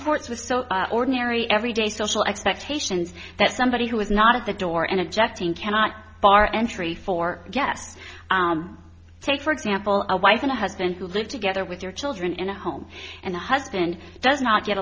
ports with so ordinary every day social expectations that somebody who is not at the door and objecting cannot bar entry for guests take for example a wife and a husband who live together with their children in a home and the husband does not get